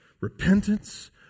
repentance